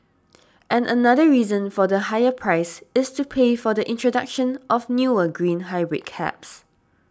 and another reason for the higher price is to pay for the introduction of newer green hybrid cabs